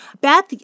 Beth